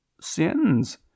sins